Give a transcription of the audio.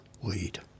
weed